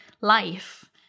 life